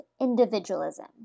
individualism